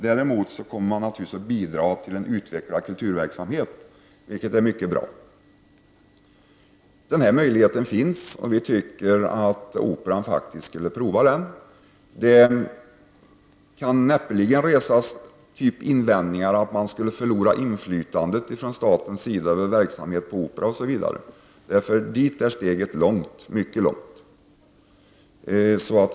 Däremot bidrar man till att utveckla en kulturverksamhet, vilket är mycket bra. Denna möjlighet finns, och vi anser att Operan borde pröva den. Det kan näppeligen resas invändningar av typ att staten skulle förlora sitt inflytande. Dit är steget mycket långt.